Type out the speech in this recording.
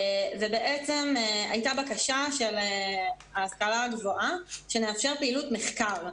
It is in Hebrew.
הייתה בקשה של ההשכלה הגבוהה שנאפשר פעילות מחקר.